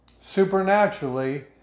supernaturally